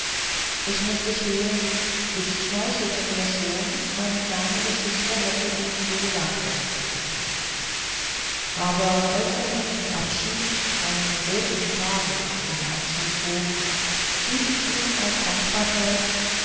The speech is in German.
ich muß gestehen ich schmeichelte mir schon meine kleine geschichte hätte ihn so nachdenklich gestimmt als er mir zum abschied einen roten faden aus dem handschuh zog riet ich ihm aus dankbarkeit